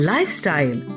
Lifestyle